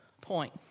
point